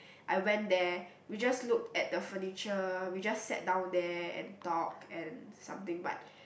I went there we just look at the furniture we just sat down there and talk and something but